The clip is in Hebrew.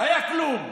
היה כלום,